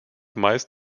meist